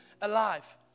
alive